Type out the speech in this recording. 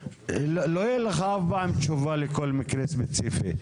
אף פעם לא תהיה לך תשובה לכל מקרה ספציפי.